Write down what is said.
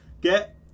get